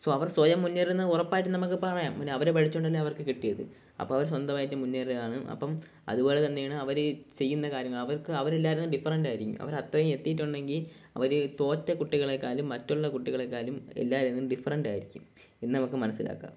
അവർ സ്വയം മുന്നേറി എന്ന് ഉറപ്പായിട്ടും നമുക്ക് പറയാം പിന്നെ അവർ പഠിച്ചത് കൊണ്ട് തന്നെ അവർക്ക് കിട്ടിയത് അപ്പോൾ അവർ സ്വന്തവായിട്ട് മുന്നേറിതാണ് അപ്പം അതുപോലെ തന്നെയാണ് അവര് ചെയ്യുന്ന കാര്യങ്ങൾ അവർക്ക് അവര് എല്ലാരീന്നും ഡിഫറെൻറ്റാരിക്കും അവര് അത്രേം എത്തീട്ടുണ്ടെങ്കി അവര് തോറ്റ കുട്ടികളെക്കാലും മറ്റുള്ള കുട്ടികളെക്കാലും എല്ലാരിൽന്നും ഡിഫറെൻറ്റാരിക്കും എന്ന് നമുക്ക് മനസ്സിലാക്കാം